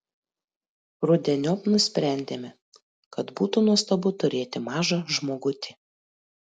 rudeniop nusprendėme kad būtų nuostabu turėti mažą žmogutį